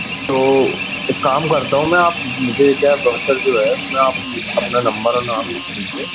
तो एक काम करता हूँ मैं आप मुझे क्या है ब्रोशर जो है उसमे आप अपना नंबर और नाम लिख दीजिए